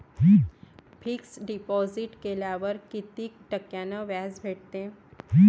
Fix deposit केल्यावर कितीक टक्क्यान व्याज भेटते?